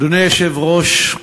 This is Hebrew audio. אדוני היושב-ראש,